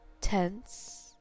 Tense